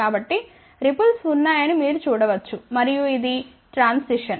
కాబట్టి రిపుల్స్ ఉన్నాయని మీరు చూడ వచ్చు మరియు ఇది ట్రాన్సిషన్